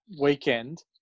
weekend